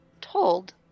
told